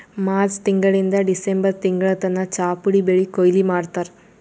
March ತಿಂಗಳಿಂದ್ December ತಿಂಗಳ್ ತನ ಚಾಪುಡಿ ಬೆಳಿ ಕೊಯ್ಲಿ ಮಾಡ್ತಾರ್